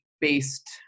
based